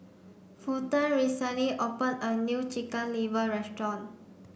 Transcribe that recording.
Fulton recently opened a new Chicken Liver restaurant